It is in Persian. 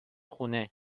خونه